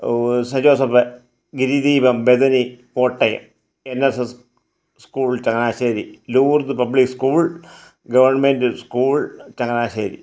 cent Joseph Girideepam Bethany Kottayam N S S school Changanassery Lourdes public school government school Changanassery